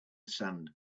sand